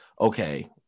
okay